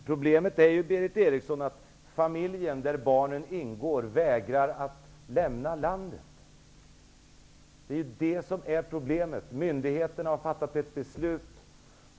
Herr talman! Problemet är ju att familjen där barnen ingår vägrar att lämna landet, sedan myndigheterna har fattat sitt beslut.